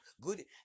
good